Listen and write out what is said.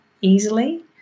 easily